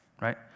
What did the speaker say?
Right